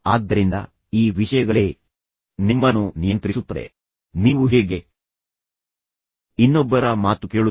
ಆದ್ದರಿಂದ ಈ ವಿಷಯಗಳೇ ನೀವು ಹೇಗೆ ಇನ್ನೊಬ್ಬರ ಮಾತು ಕೇಳುತ್ತೀರಿ ಮತ್ತು ಗಮನ ಕೊಡುತ್ತೀರಿ ಎಂದು ನಿಮ್ಮನ್ನು ನಿಯಂತ್ರಿಸುತ್ತದೆ